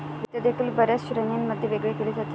वित्त देखील बर्याच श्रेणींमध्ये वेगळे केले जाते